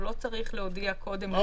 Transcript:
הוא לא צריך להודיע קודם.